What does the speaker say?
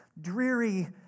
dreary